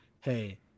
hey